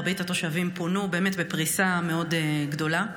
מרבית התושבים פונו בפריסה מאוד גדולה.